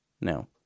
No